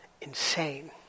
insane